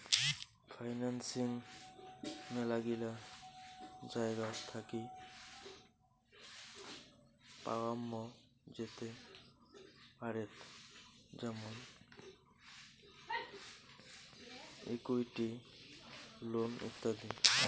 financing মেলাগিলা জায়গাত থাকি পাওয়াঙ যেতে পারেত যেমন ইকুইটি, লোন ইত্যাদি